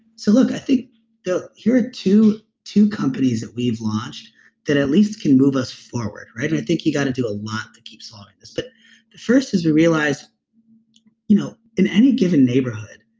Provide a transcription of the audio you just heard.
so look, i think yeah here are two two companies that we've launched that at least can move us forward. i think you got to do a lot to keep swallowing this, but the first is we realized you know in any given neighborhood,